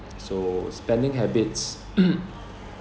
so spending habits